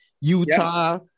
Utah